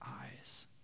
eyes